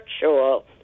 virtual